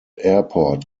airport